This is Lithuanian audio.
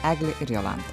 eglė ir jolanta